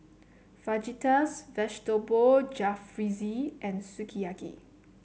Fajitas Vegetable Jalfrezi and Sukiyaki